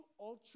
ultra